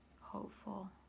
hopeful